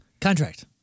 Contract